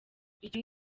icyo